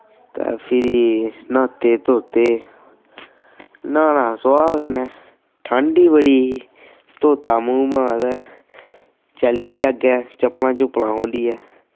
ते फिरी न्हाते धोते न्हाना सुआह् कन्नै ठंड गै बड़ी ही धोता मूंह् मांह् ते चली पे अग्गैं चप्पलां चुप्पलां खोह्लियै